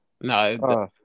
No